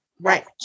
right